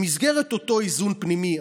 במסגרת אותו איזון פנימי,